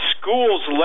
schools